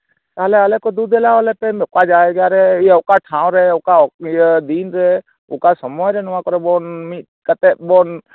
ᱛᱟᱦᱚᱞᱮ ᱟᱞᱮ ᱠᱚ ᱫᱩᱼᱫᱮᱞᱟᱣᱟᱞᱮ ᱯᱮ ᱚᱠᱟ ᱡᱟᱭᱜᱟ ᱨᱮ ᱤᱭᱟᱹ ᱚᱠᱟ ᱴᱷᱟᱶ ᱨᱮ ᱚᱠᱟ ᱫᱤᱱ ᱨᱮ ᱚᱠᱟ ᱥᱚᱢᱚᱭ ᱨᱮ ᱱᱚᱣᱟ ᱠᱚᱫᱚ ᱵᱚᱱ ᱢᱤᱫ ᱠᱟᱛᱮ ᱵᱚᱱ